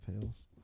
fails